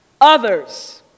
others